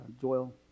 Joel